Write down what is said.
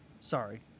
Sorry